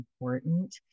important